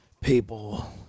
people